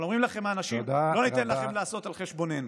אבל אומרים לכם האנשים: לא ניתן לכם לעשות על חשבוננו.